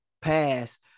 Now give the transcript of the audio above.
past –